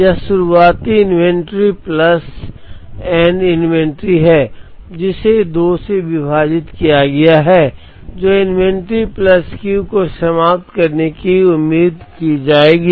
यह शुरुआती inventory plus end inventory है जिसे 2 से विभाजित किया गया है जो इन्वेंट्री प्लस क्यू को समाप्त करने की उम्मीद की जाएगी